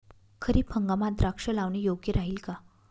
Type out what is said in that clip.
खरीप हंगामात द्राक्षे लावणे योग्य राहिल का?